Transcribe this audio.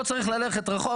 לא צריך ללכת רחוק,